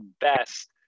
best